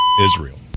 Israel